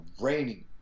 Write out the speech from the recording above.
raining